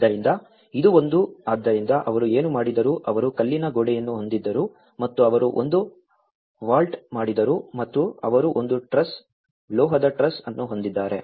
ಆದ್ದರಿಂದ ಇದು ಒಂದು ಆದ್ದರಿಂದ ಅವರು ಏನು ಮಾಡಿದರು ಅವರು ಕಲ್ಲಿನ ಗೋಡೆಯನ್ನು ಹೊಂದಿದ್ದರು ಮತ್ತು ಅವರು ಒಂದು ವಾಲ್ಟ್ ಮಾಡಿದರು ಮತ್ತು ಅವರು ಒಂದು ಟ್ರಸ್ ಲೋಹದ ಟ್ರಸ್ ಅನ್ನು ಹೊಂದಿದ್ದಾರೆ